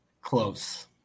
Close